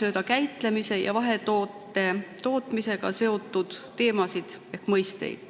selle käitlemise ja vahetoote tootmisega seotud teemasid ehk mõisteid.